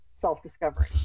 self-discovery